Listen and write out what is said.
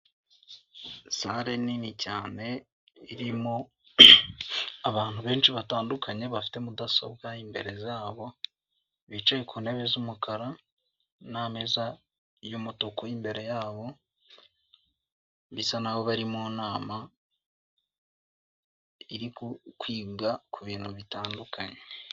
Sale nini cyane irimo abantu benshi batandukanye bafite mudasobwa imbere zabo, bicaye ku ntebe z'umukara n'ameza y'umutuku imbere yabo bisa n'aho bari mu nama irikwiga ku bintu bitandukanye.